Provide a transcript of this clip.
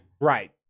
Right